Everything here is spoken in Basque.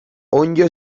onddo